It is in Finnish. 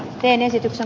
en esityksen